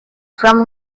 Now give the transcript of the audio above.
from